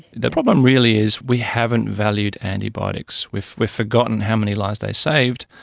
the problem really is we haven't valued antibiotics. we've we've forgotten how many lives they've saved,